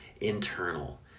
internal